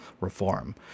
reform